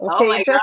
Okay